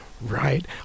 Right